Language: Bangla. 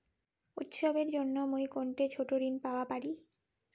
উৎসবের জন্য মুই কোনঠে ছোট ঋণ পাওয়া পারি?